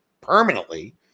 permanently